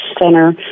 Center